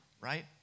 right